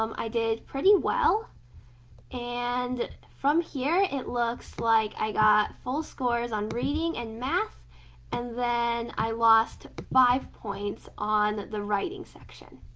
um i did pretty well and from here it looks like i got full scores on reading and math and then i lost five points on the writing section.